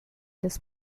this